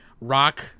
rock